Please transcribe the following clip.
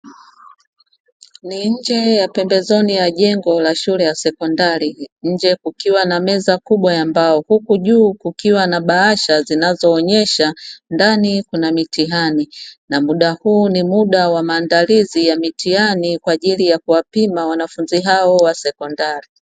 Ni nje ya pembezoni ya jengo la shule ya sekondari, nje kukiwa na meza kubwa ya mbao huku juu kukiwa na bahasha zinazoonyesha ndani kuna mitihani, na muda huu ni muda wa maandalizi ya mitihani kwa ajili ya kuwapima wanafunzi hao wa sekondari.